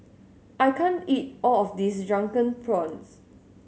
I can't eat all of this Drunken Prawns